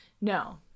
No